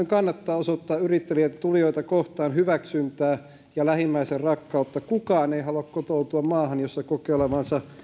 kannattaa osoittaa yritteliäitä tulijoita kohtaan hyväksyntää ja lähimmäisenrakkautta kukaan ei halua kotoutua maahan jossa kokee olevansa